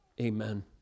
Amen